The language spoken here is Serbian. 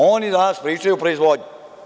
Oni danas pričaju o proizvodnji.